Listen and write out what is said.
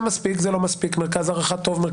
זה לא מה שאמרתי, זה פשוט שקר